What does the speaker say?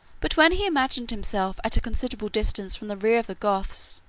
but when he imagined himself at a considerable distance from the rear of the goths,